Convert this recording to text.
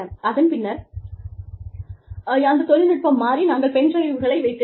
அதன் பின்னர் அந்த தொழில்நுட்பம் மாறி நாங்கள் பென் டிரைவ்களை வைத்திருந்தோம்